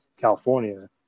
California